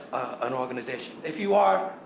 an organization. if you are